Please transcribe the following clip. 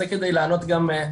זה כדי לענות גם,